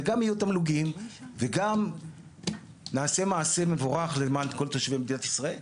וגם יהיו תמלוגים וגם נעשה מעשה מבורך למען כל תושבי מדינת ישראל.